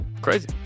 Crazy